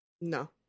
No